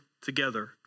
together